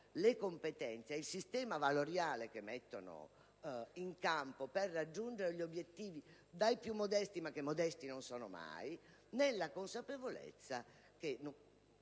le competenze e il sistema valoriale che mette in campo per raggiungere gli obiettivi, a partire dai più modesti, che poi modesti non sono mai, nella consapevolezza -